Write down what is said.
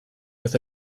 with